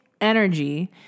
energy